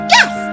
Yes